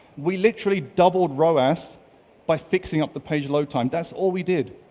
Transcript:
we literally doubled roas by fixing up the page load time. that's all we did.